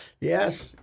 Yes